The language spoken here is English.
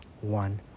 one